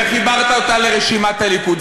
וחיברת אותה לרשימת הליכוד.